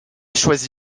choisit